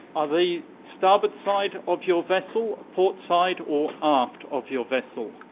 are they starboard side of your vessel, port side or aft of your vessel?